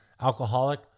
alcoholic